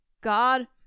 God